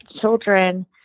children